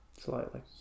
Slightly